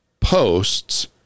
posts